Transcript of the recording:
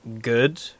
good